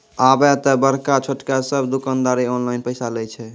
आबे त बड़का छोटका सब दुकानदारें ऑनलाइन पैसा लय छै